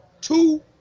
two